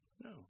No